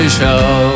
show